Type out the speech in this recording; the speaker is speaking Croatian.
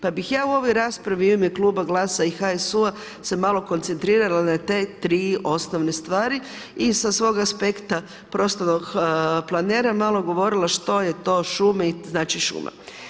Pa bi ja u ovoj raspravi u ime Kluba GLAS-a i HSU-a se malo koncentrirala na te 3 osnovne stvari i sa svog aspekta prostornog planera, malo govorila što je to šumi, znači šumi.